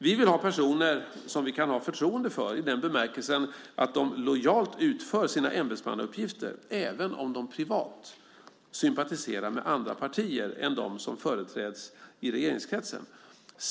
Vi vill ha personer som vi kan ha förtroende för i den bemärkelsen att de lojalt utför sina ämbetsmannauppgifter även om de privat sympatiserar med andra partier än de som företräds i regeringskretsen.